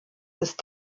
ist